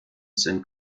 sind